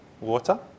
water